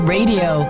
Radio